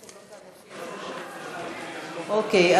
אוקיי,